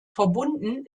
verbunden